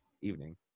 evening